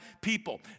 people